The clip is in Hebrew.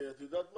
את יודעת מה?